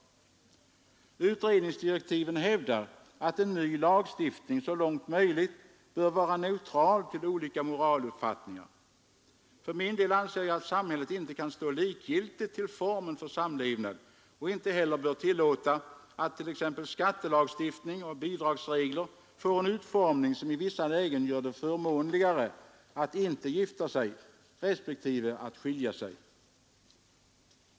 Utredningsdirektiven hävdar att en ny lagstiftning så långt som möjligt bör vara neutral till olika moraluppfattningar. För min del anser jag att samhället inte kan stå likgiltigt till formen för samlevnad och inte heller bör tillåta att t.ex. skattelagstiftning och bidragsregler får en utformning som i vissa lägen gör det förmånligare att inte gifta sig, respektive att skilja sig.